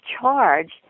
charge